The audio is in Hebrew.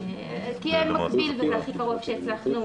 כי זה מקביל וזה הכי בקירוב שהצלחנו